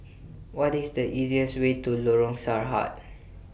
What IS The easiest Way to Lorong Sarhad